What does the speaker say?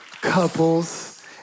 couples